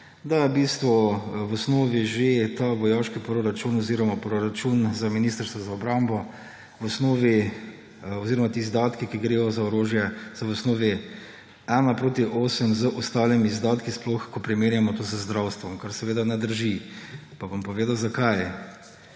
da je v bistvu v osnovi že ta vojaški proračun oziroma proračun za Ministrstvo za obrambo oziroma ti izdatki, ki gredo za orožje, se v osnovi 1 : 8 z ostalimi izdatki, sploh ko primerjamo to z zdravstvo, kar seveda ne drži. Pa bom povedal, zakaj.